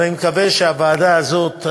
אבל אני מקווה שהוועדה הזאת,